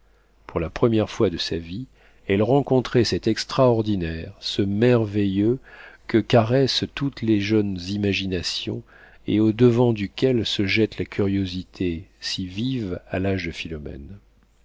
pour la première fois de sa vie elle rencontrait cet extraordinaire ce merveilleux que caressent toutes les jeunes imaginations et au-devant duquel se jette la curiosité si vive à l'âge de philomène